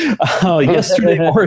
Yesterday